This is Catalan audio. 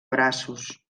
braços